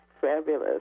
Fabulous